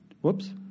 Whoops